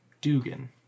Dugan